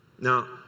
Now